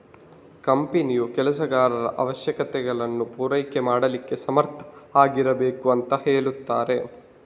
ಕಂಪನಿಯು ಕೆಲಸಗಾರರ ಅವಶ್ಯಕತೆಗಳನ್ನ ಪೂರೈಕೆ ಮಾಡ್ಲಿಕ್ಕೆ ಸಮರ್ಥ ಆಗಿರ್ಬೇಕು ಅಂತ ಹೇಳ್ತಾರೆ